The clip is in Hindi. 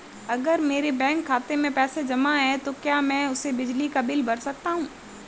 अगर मेरे बैंक खाते में पैसे जमा है तो क्या मैं उसे बिजली का बिल भर सकता हूं?